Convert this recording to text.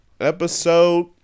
episode